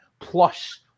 plus